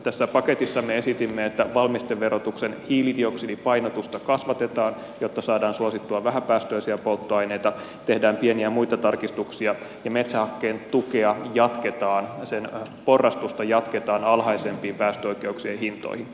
tässä paketissa me esitimme että valmisteverotuksen hiilidioksidipainotusta kasvatetaan jotta saadaan suosittua vähäpäästöisiä polttoaineita tehdään pieniä muita tarkistuksia ja metsähakkeen tuen porrastusta jatketaan alhaisempiin päästöoikeuksien hintoihin